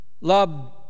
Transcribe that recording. Love